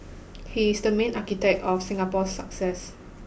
he is the main architect of Singapore's success